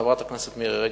חברת הכנסת מירי רגב,